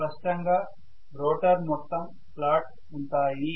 స్పష్టంగా రోటర్ మొత్తం స్లాట్స్ ఉంటాయి